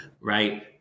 right